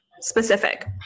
Specific